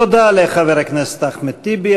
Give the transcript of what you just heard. תודה לחבר הכנסת אחמד טיבי.